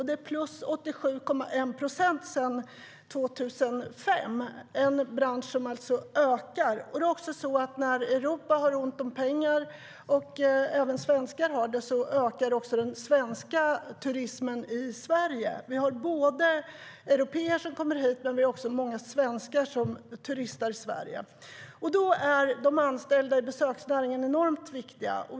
Det är plus 87,1 procent sedan 2005, och det är en bransch som alltså ökar i omfattning. När Europa har ont om pengar, och även svenskar har ont om pengar, ökar också den svenska turismen i Sverige. Både européer och många svenskar turistar i Sverige. Då är de anställda i besöksnäringen enormt viktiga.